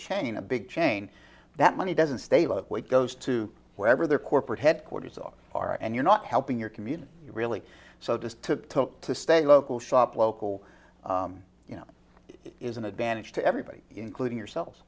chain a big chain that money doesn't stay about what goes to wherever their corporate headquarters are are and you're not helping your community really so just to talk to stay local shop local you know is an advantage to everybody including yoursel